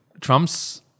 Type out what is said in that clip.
trump's